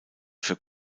für